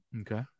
Okay